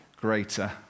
greater